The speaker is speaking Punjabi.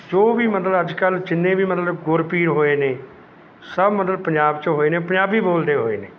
ਜੋ ਵੀ ਮਤਲਬ ਅੱਜ ਕੱਲ੍ਹ ਜਿੰਨੇ ਵੀ ਮਤਲਬ ਗੁਰ ਪੀਰ ਹੋਏ ਨੇ ਸਭ ਮਤਲਬ ਪੰਜਾਬ 'ਚ ਹੋਏ ਨੇ ਪੰਜਾਬੀ ਬੋਲਦੇ ਹੋਏ ਨੇ